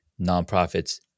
nonprofits